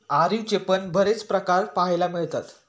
अरवीचे पण बरेच प्रकार पाहायला मिळतात